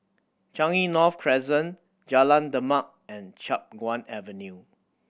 Changi North Crescent Jalan Demak and Chiap Guan Avenue